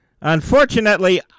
Unfortunately